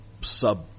sub